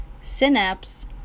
Synapse